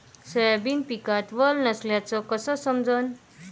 Soybean पिकात वल नसल्याचं कस समजन?